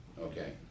Okay